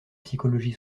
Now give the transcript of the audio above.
psychologie